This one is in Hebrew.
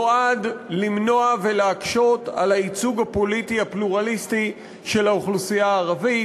נועד למנוע ולהקשות את הייצוג הפוליטי הפלורליסטי של האוכלוסייה הערבית,